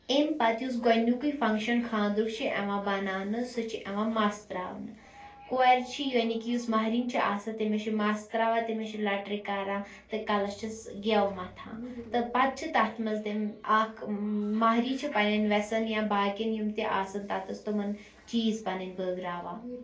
اَمہِ پَتہٕ یُس گوڈٕنیُکٕے فَنٛگشَن خانٛدرُک چھِ یِوان بناونہٕ سُہ چھِ یِوان مَس ترٛاونہٕ کورِ چھِ یعنی کہِ یُس مہریٚنۍ چھِ آسان تٔمِس چھِ مَس ترٛاوان تٔمِس چھِ لَٹَرِ کران تہٕ کَلَس چھِس گٮ۪و مَتھان تہٕ پَتہٕ چھِ تَتھ منٛز تِم اَکھ مہری چھِ پَنٛنٮ۪ن وٮ۪سَن یا باقِیَن یِم تہِ آسَن تَتَس تِمَن چیٖز پَنٕنۍ بٲگراوان